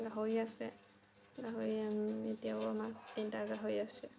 গাহৰি আছে গাহৰি আমি এতিয়াও আমাৰ তিনিটা গাহৰি আছে